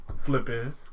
flipping